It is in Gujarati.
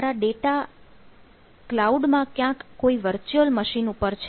તમારો ડેટા ક્લાઉડ માં ક્યાંક કોઈ વર્ચ્યુઅલ મશીન ઉપર છે